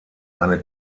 eine